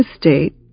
state